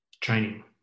training